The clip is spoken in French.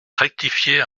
rectifier